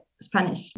spanish